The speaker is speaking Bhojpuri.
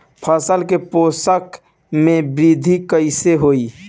फसल के पोषक में वृद्धि कइसे होई?